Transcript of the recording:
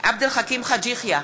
עבד אל חכים חאג' יחיא,